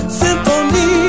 symphony